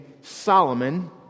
Solomon